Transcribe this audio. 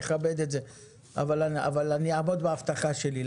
נכבד את זה אבל אני אעמוד בהבטחה שלי.